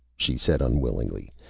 she said, unwillingly,